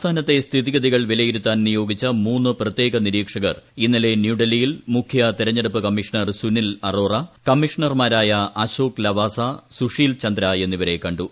സംസ്ഥാനത്തെ സ്ഥിതിഗതികൾ വീലയിരുത്താൻ നിയോഗിച്ച മൂന്നു പ്രത്യേക നിരീക്ഷകർ ് ഇ്ന്നലെ ന്യൂഡൽഹിയിൽ മുഖ്യ തെരഞ്ഞെടുപ്പ് കമ്മീഷണ്ടർ സ്ക്നിൽ അറോറ കമ്മീഷണർമാരായ അശോക് ലവാസ സുഷ്ടീൽചന്ദ്ര എന്നിവരെ കണ്ടു